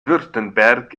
württemberg